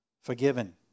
Forgiven